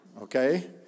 okay